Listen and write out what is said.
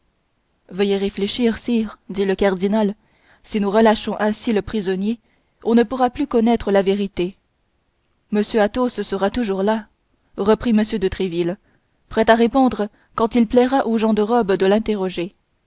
veuillez réfléchir sire dit le cardinal si nous relâchons ainsi le prisonnier on ne pourra plus connaître la vérité m athos sera toujours là reprit m de tréville prêt à répondre quand il plaira aux gens de robe de l'interroger